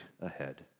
ahead